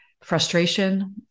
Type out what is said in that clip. frustration